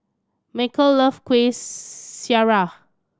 Macel love Kuih Syara